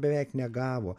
beveik negavo